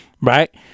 Right